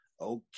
okay